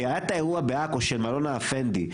היה את האירוע בעכו של מלון האפנדי.